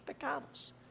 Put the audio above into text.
pecados